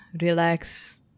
relax